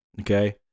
Okay